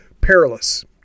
perilous